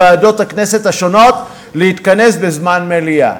לוועדות הכנסת השונות להתכנס בזמן מליאה,